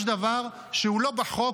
יש דבר שהוא לא בחוק,